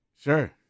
Sure